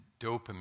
dopamine